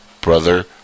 Brother